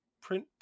print